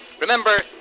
Remember